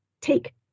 take